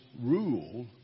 rule